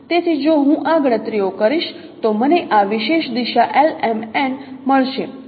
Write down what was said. તેથી જો હું આ ગણતરીઓ કરીશ તો મને આ વિશેષ દિશા મળશે